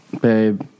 Babe